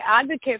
advocate